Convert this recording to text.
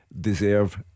Deserve